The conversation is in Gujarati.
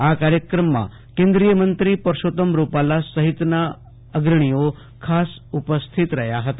આ કાર્યક્રમમા કેન્દ્રીયમંત્રી પુરૂષોત્ત્મ રૂપાલા સહિતના અગ્રણીઓ ખાસ ઉપસ્થિત રહ્યા હતા